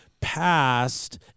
passed